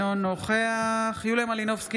אינו נוכח יוליה מלינובסקי,